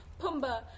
Pumbaa